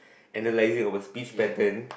analyzing of a speech pattern